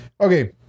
Okay